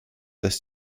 dass